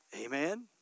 Amen